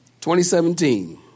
2017